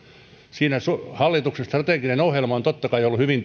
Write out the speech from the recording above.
siinä hallituksen strateginen ohjelma ne uudistukset mitä se sisältää on totta kai ollut hyvin